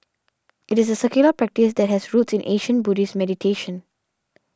it is a secular practice that has roots in ancient Buddhist meditation